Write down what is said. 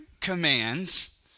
commands